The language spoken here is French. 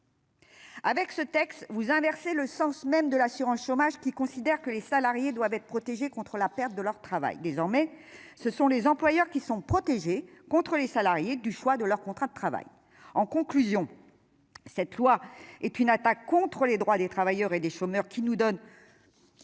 Avec ce texte, vous inverser le sens même de l'assurance chômage qui considère que les salariés doivent être protégés contre la perte de leur travail, désormais ce sont les employeurs qui sont protégés contre les salariés du choix de leur contrat de travail, en conclusion, cette loi est une attaque contre les droits des travailleurs et des chômeurs qui nous donne